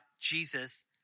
Jesus